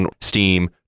steam